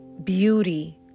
beauty